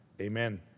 Amen